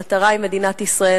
המטרה היא מדינת ישראל,